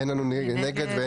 אין מתנגדים.